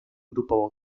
grupo